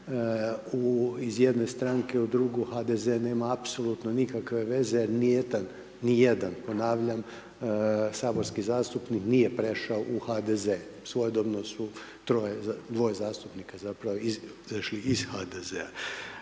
iz jedne stranke u drugu, HDZ nema apsolutno nikakve veze, ni jedan ponavljam saborski zastupnik nije prešao u HDZ. Svojedobno su dvoje zastupnika zapravo izašli iz HDZ-a.